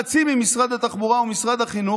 חצי ממשרד התחבורה ומשרד החינוך.